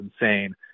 insane